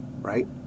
right